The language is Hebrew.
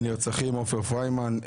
עופר פריימן,